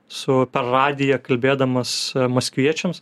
su per radiją kalbėdamas maskviečiams